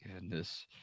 goodness